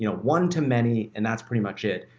you know one to many, and that's pretty much it,